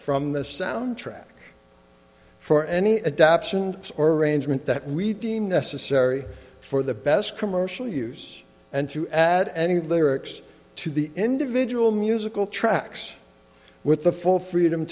from the soundtrack for any adaption or arrangement that we deem necessary for the best commercial use and to add any lyrics to the individual musical tracks with the full freedom